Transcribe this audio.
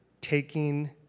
taking